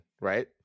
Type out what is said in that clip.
right